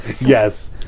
yes